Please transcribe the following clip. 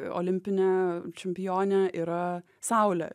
olimpinė čempionė yra saulė